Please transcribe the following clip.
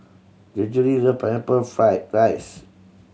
Gregory love Pineapple Fried rice